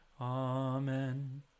Amen